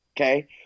Okay